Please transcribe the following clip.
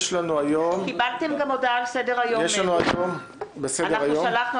קיבלתם גם הודעה על סדר-היום, אנחנו שלחנו.